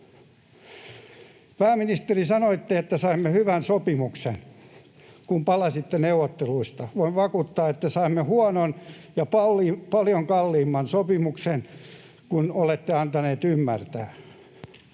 Pääministeri, sanoitte, että saimme hyvän sopimuksen, kun palasitte neuvotteluista. Voin vakuuttaa, että saimme huonon ja paljon kalliimman sopimuksen kuin olette antanut ymmärtää.